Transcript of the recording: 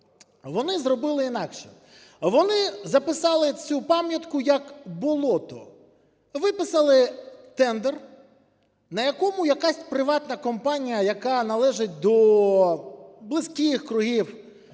вони зробили інакше. Вони записали цю пам'ятку як болото. Виписали тендер, на якому якась приватна компанія, яка належить до близьких кругів